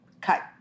cut